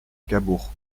cabourg